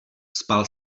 spal